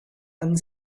and